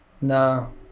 no